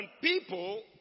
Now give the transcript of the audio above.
people